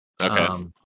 Okay